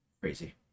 Crazy